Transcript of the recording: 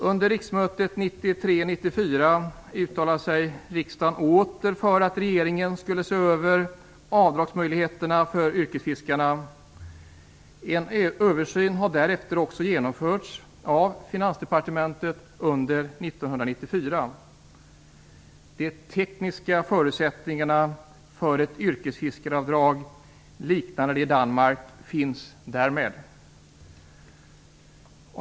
Under riksmötet 1993/94 uttalade sig riksdagen åter för att regeringen skulle se över avdragsmöjligheterna för yrkesfiskarna. En översyn har därefter genomförts av Finansdepartementet under 1994. De tekniska förutsättningarna för ett yrkesfiskeavdrag liknande det i Danmark finns därmed.